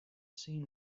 seen